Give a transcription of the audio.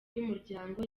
y’umuryango